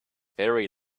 very